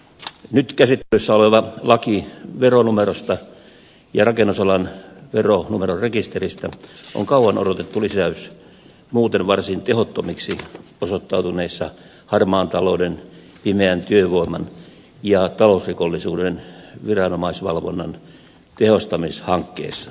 nyt käsittelyssä oleva laki veronumerosta ja rakennusalan veronumerorekisteristä on kauan odotettu lisäys muuten varsin tehottomiksi osoittautuneissa harmaan talouden pimeän työvoiman ja talousrikollisuuden viranomaisvalvonnan tehostamishankkeissa